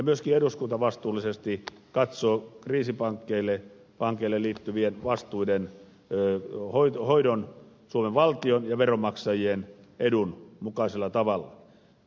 myöskin eduskunta vastuullisesti katsoo kriisipankeille liittyvien vastuiden hoidon suomen valtion ja veronmaksajien edun mukaisella tavalla